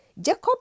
Jacob